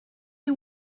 you